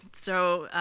so